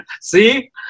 See